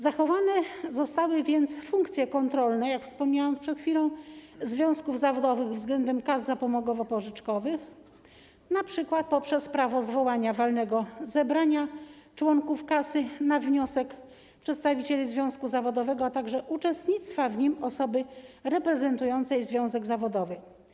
Zachowane zostały więc, jak wspomniałam przed chwilą, funkcje kontrolne związków zawodowych względem kas zapomogowo-pożyczkowych, np. poprzez prawo zwołania walnego zebrania członków kasy na wniosek przedstawicieli związku zawodowego, a także uczestnictwa w nim osoby reprezentującej związek zawodowy.